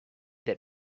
that